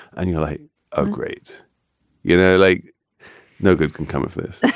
and, you know, like a great you know, like no good can come of this